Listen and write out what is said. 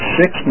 six